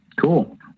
Cool